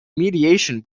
mediation